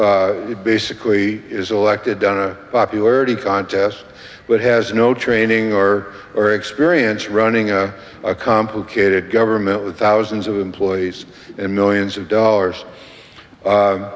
who basically is elected on a popularity contest but has no training or or experience running on a complicated government with thousands of employees and millions of dollars